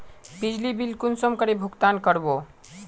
बिजली बिल कुंसम करे भुगतान कर बो?